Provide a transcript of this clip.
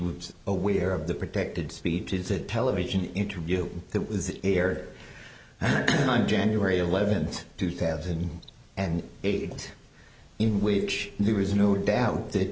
was aware of the protected speech is a television interview that was it aired on january eleventh two thousand and eight in which there is no doubt that